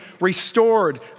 restored